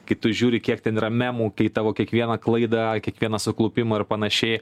kai tu žiūri kiek ten yra memtų kai tavo kiekvieną klaidą kiekvieną suklupimą ir panašiai